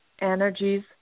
energies